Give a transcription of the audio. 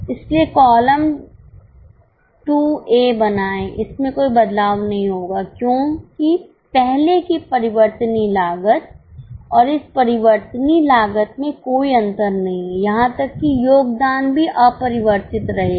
इसलिए कृपया column २ A बनाएं इसमें कोई बदलाव नहीं होगा क्योंकि पहले की परिवर्तनीय लागत और इस परिवर्तनीय लागत में कोई अंतर नहीं है यहाँ तक कि योगदान भी अपरिवर्तित रहेगा